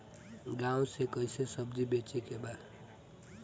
गांव से कैसे सब्जी बेचे के बा?